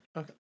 Okay